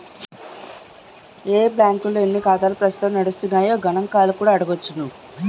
ఏ బాంకుల్లో ఎన్ని ఖాతాలు ప్రస్తుతం నడుస్తున్నాయో గణంకాలు కూడా అడగొచ్చును